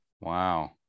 Wow